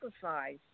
sacrifice